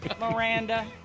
Miranda